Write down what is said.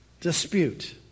dispute